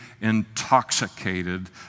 intoxicated